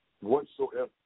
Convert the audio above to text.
Whatsoever